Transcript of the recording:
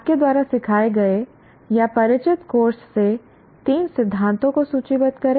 आपके द्वारा सिखाए गए या परिचित कोर्स से तीन सिद्धांतों को सूचीबद्ध करें